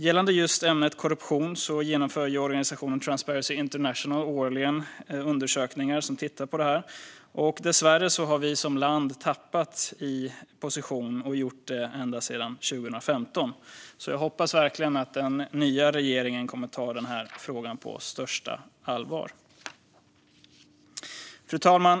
Gällande just ämnet korruption genomför organisationen Transparency International årligen undersökningar där man tittar på detta, och dessvärre har vi som land tappat positioner och gjort det ända sedan 2015. Jag hoppas verkligen att den nya regeringen kommer att ta denna fråga på största allvar. Fru talman!